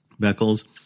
Beckles